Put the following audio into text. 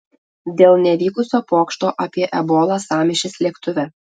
dėl nevykusio pokšto apie ebolą sąmyšis lėktuve